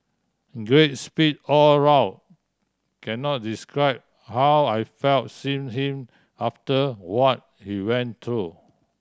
great speech all round can not describe how I felt seeing him after what he went through